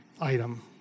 item